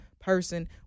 person